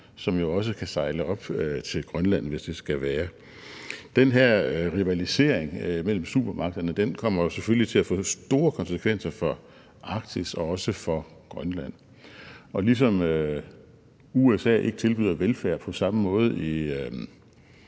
jo også kan sejle op til Grønland, hvis det skal være. Den her rivalisering mellem supermagterne kommer jo selvfølgelig til at få store konsekvenser for Arktis og også for Grønland. Og på samme måde som USA ikke tilbyder velfærd i Alaska som den,